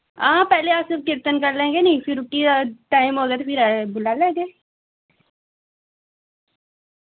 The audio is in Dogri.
हां पैह्ले अस कीर्तन कर लैगे नी फिर रुट्टी दा टाइम होग ते फिर बुलाई लैगे